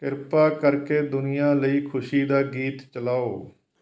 ਕਿਰਪਾ ਕਰਕੇ ਦੁਨੀਆ ਲਈ ਖੁਸ਼ੀ ਦਾ ਗੀਤ ਚਲਾਓ